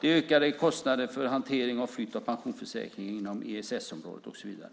Det är ökade kostnader för flytt av pensionsförsäkring inom ESS-området och så vidare.